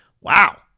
wow